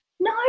No